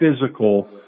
physical